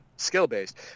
skill-based